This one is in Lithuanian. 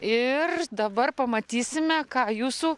ir dabar pamatysime ką jūsų